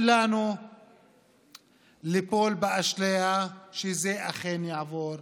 אל לנו ליפול לאשליה שזה אכן יעבור,